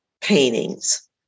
Paintings